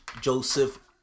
Joseph